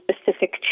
specific